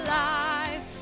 life